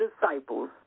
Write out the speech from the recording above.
disciples